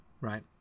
right